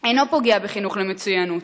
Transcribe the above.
אינו פוגע בחינוך למצוינות,